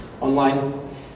online